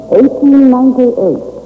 1898